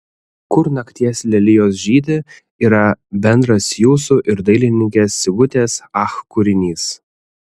kur nakties lelijos žydi yra bendras jūsų ir dailininkės sigutės ach kūrinys